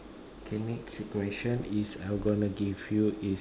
okay next question is I'm going to give you is